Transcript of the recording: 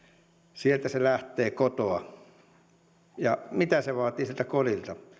sieltä se lähtee kotoa mitä se vaatii siltä kodilta